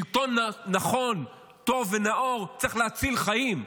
שלטון נכון, טוב ונאור צריך להציל חיים,